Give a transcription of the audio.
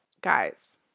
guys